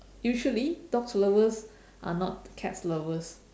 usually dogs lovers are not cats lovers